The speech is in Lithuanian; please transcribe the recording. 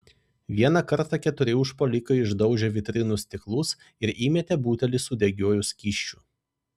vieną kartą keturi užpuolikai išdaužė vitrinų stiklus ir įmetė butelį su degiuoju skysčiu